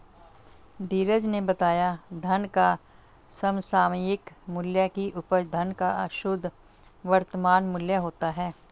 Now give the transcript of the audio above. धीरज ने बताया धन का समसामयिक मूल्य की उपज धन का शुद्ध वर्तमान मूल्य होता है